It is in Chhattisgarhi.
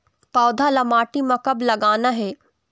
पौधा ला माटी म कब लगाना हे?